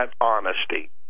honesty